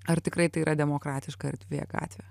ar tikrai tai yra demokratiška erdvė gatvė